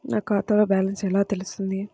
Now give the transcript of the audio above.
నా ఖాతాలో బ్యాలెన్స్ ఎలా తెలుస్తుంది?